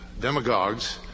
demagogues